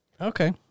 Okay